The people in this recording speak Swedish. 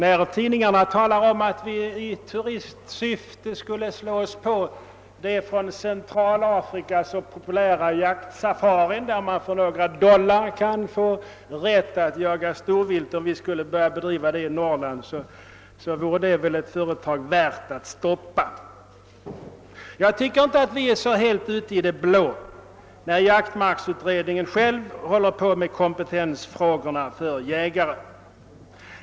I tidningarna har det talats om att vi 1 syfte att locka turister skulle slå oss på den i Centralafrika så populära jaktsafarin, då man för några dollar kan få rätt att jaga storvilt, och anordna sådan i Norrland. Det vore väl ett företag värt att stoppa. Jag tycker inte att vi är ute helt i det blå, eftersom jaktmarksutredningen själv utreder kompetensfrågorna för jägare.